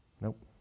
Nope